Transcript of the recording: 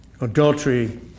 Adultery